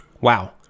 Wow